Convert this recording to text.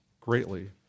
greatly